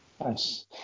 Nice